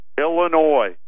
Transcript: Illinois